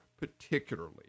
particularly